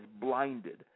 blinded